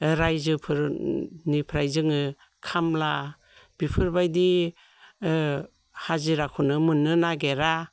रायजोफोरनिफ्राय जोङो खामला बेफोरबायदि ओ हाजिराखौनो मोननो नागिरा